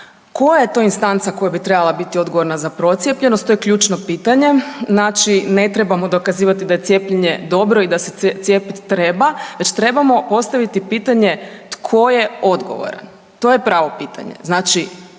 koja je to instanca koja bi trebala bit odgovorna za procijepljenost, to je ključno pitanje, znači ne trebamo dokazivati da je cijepljenje dobro i da se cijepit treba, znači trebamo postavit pitanje tko je odgovoran? To je pravo pitanje. Znači